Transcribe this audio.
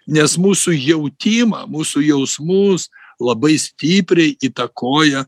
nes mūsų jautimą mūsų jausmus labai stipriai įtakoja